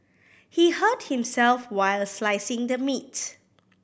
he hurt himself while slicing the meat